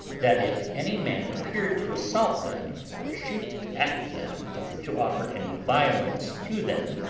that if any man appeared to assault them, or shoot at them to offer any violence to them,